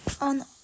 on